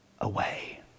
away